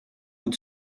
bout